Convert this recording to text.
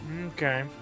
Okay